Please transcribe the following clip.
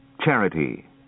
charity